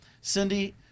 Cindy